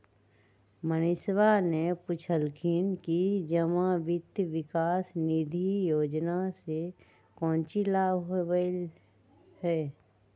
मनीषवा ने पूछल कई कि जमा वित्त विकास निधि योजना से काउची लाभ होबा हई?